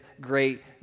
great